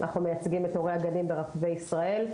אנחנו מייצגים את הורי הגנים ברחבי ישראל.